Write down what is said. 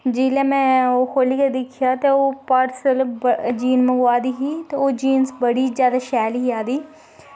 जेल्लै में ओह् खोल्लियै दिक्खेआ ते ओह् पार्सल जीन मंगाई दी ही ते ओह् जीन्स बड़ी शैल ही आई दी ते